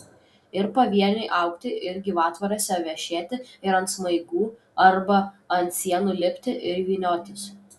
ir pavieniui augti ir gyvatvorėse vešėti ir ant smaigų arba ant sienų lipti ir vyniotis